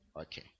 okay